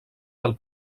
del